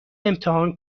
امتحان